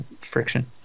friction